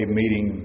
meeting